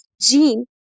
gene